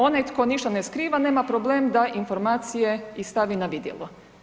Onaj tko ništa ne skriva nema problem da informacije stavi na vidjelo.